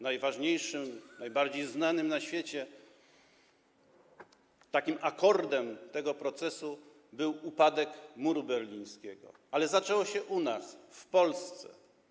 Najważniejszym, najbardziej znanym na świecie akordem tego procesu był upadek muru berlińskiego, ale zaczęło się u nas, w Polsce.